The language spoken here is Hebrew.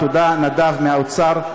תודה, נדב מהאוצר.